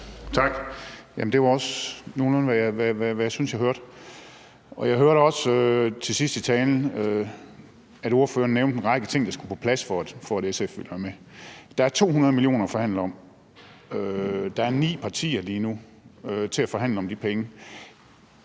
Det var også nogenlunde, hvad jeg syntes jeg hørte, og jeg hørte også til sidst i talen, at ordføreren nævnte en række ting, der skulle på plads, for at SF ville være med. Der er 200 mio. kr. at forhandle om, og der er lige nu ni partier til at forhandle om de penge.